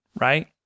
Right